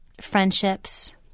friendships